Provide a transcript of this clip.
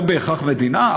לא בהכרח מדינה,